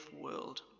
world